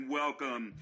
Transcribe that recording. welcome